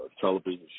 television